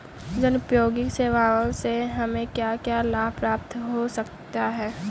जनोपयोगी सेवा से हमें क्या क्या लाभ प्राप्त हो सकते हैं?